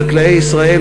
חקלאי ישראל,